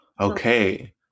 okay